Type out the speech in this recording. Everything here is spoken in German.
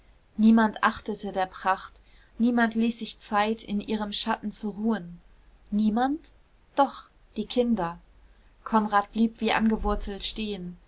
niemand achtete der pracht niemand ließ sich zeit in ihrem schatten zu ruhen niemand doch die kinder konrad blieb wie angewurzelt stehen